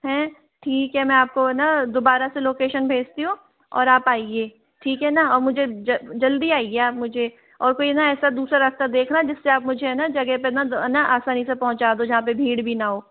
हैं ठीक है मैं आपको न दोबारा से लोकेशन भेजती हूँ और आप आईये ठीक है न और मुझे जल्दी आईये आप मुझे और कोई न ऐसा दूसरा रास्ता देखना जिससे आप मुझे है न जगह पर न न आसानी से पहुँचा दो जहाँ पर भीड़ भी न हो